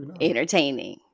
Entertaining